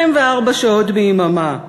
24 שעות ביממה.